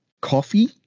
Coffee